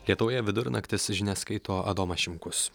lietuvoje vidurnaktis žinias skaito adomas šimkus